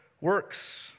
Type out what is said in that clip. works